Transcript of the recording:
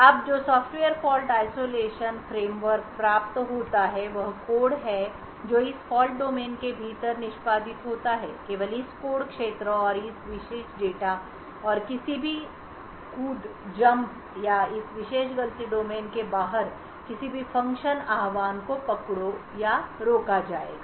अब जो software fault isolation framework प्राप्त होता है वह कोड है जो इस फॉल्ट डोमेन के भीतर निष्पादित होता है केवल इस कोड क्षेत्र और इस विशेष डेटा और किसी भी कूद या इस विशेष गलती डोमेन के बाहर किसी भी फ़ंक्शन आह्वान को पकडो या रोका जाएगा